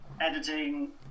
editing